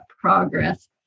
progress